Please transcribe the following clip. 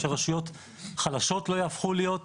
שרשויות חלשות לא יהפכו להיות.